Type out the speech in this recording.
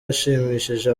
yashimishije